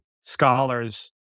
scholars